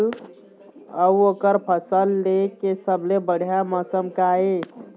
अऊ ओकर फसल लेय के सबसे बढ़िया मौसम का ये?